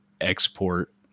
export